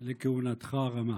על כהונתך הרמה.